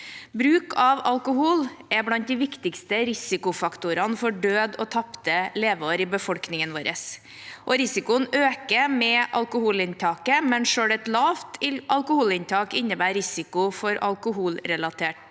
Bruk av alkohol er blant de viktigste risikofaktorene for død og tapte leveår i befolkningen vår. Risikoen øker med alkoholinntaket, men selv et lavt alkoholinntak innebærer risiko for alkoholrelatert